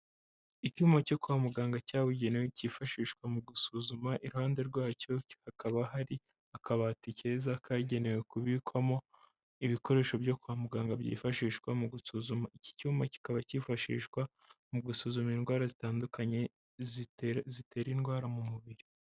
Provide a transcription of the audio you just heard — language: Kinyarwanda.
Icyuma cyo kwa muganga cyabugenewe cyifashishwa mu gusuzuma, iruhande rwacyo hakakaba hari akabati keza kagenewe kubikwamo ibikoresho byo kwa muganga byifashishwa mu gusuzuma, iki cyuma kikaba cyifashishwa mu gusuzuma indwara zitandukanye zitera indwara mu mubiri.